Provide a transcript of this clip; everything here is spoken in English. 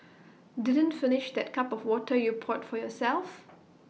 didn't finish that cup of water you poured for yourself